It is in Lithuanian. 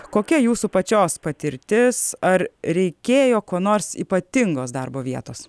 kokia jūsų pačios patirtis ar reikėjo kuo nors ypatingos darbo vietos